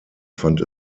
fand